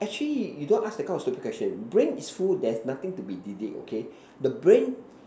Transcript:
actually you don't ask that kind of stupid question brain is full there's nothing to be delete okay the brain